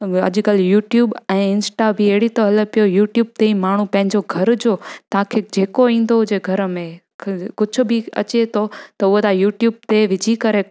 अॼकल्ह यूटयूब ऐं इंस्टा बि अहिड़ी त हलो पियो यूटयूब ते माण्हू पंहिंजो घर जो तव्हांखे जेको ईंदो हुजे घर में कुझ बि अचे थो त उहो तव्हां यूटयूब ते विझी करे